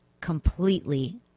completely